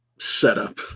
setup